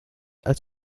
als